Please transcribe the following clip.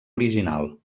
original